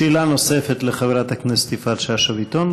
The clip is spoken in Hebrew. שאלה נוספת לחברת הכנסת יפעת שאשא ביטון,